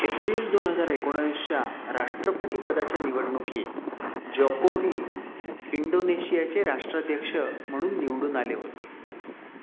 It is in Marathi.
एप्रिल दोन हजार एकोणावीसच्या राष्ट्रपती पदाच्या निवडणुकीत जॉकोवी इंडोनेशियाचे राष्ट्राध्यक्ष म्हणून निवडून आले होते